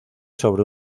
sobre